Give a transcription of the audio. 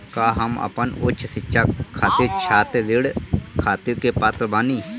का हम अपन उच्च शिक्षा खातिर छात्र ऋण खातिर के पात्र बानी?